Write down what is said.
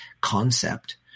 concept